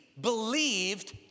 believed